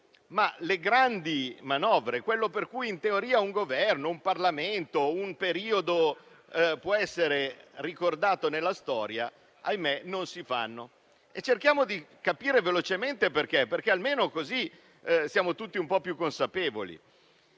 le grandi manovre, quello per cui in teoria un Governo, un Parlamento, un periodo possono essere ricordati nella storia, ahimè non si fanno. Cerchiamo di capire velocemente perché, così almeno siamo tutti un po' più consapevoli.